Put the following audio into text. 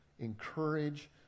encourage